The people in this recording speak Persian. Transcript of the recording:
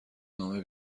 نامه